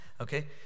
Okay